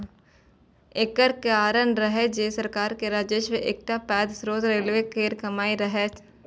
एकर कारण रहै जे सरकार के राजस्वक एकटा पैघ स्रोत रेलवे केर कमाइ रहै